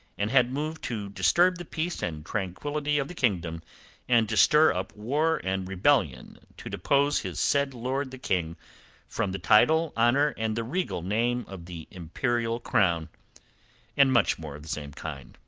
and had moved to disturb the peace and tranquillity of the kingdom and to stir up war and rebellion to depose his said lord the king from the title, honour, and the regal name of the imperial crown and much more of the same kind,